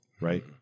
Right